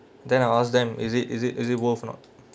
then I ask them is it is it is it worth or not